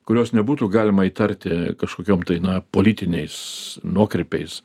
kurios nebūtų galima įtarti kažkokiom tai na politiniais nuokrypiais